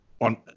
on